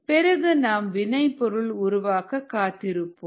பிறகு நாம் வினை பொருள் உருவாக காத்திருப்போம்